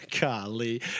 golly